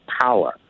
power